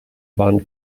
waren